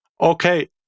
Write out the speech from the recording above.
Okay